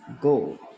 go